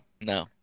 No